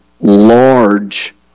large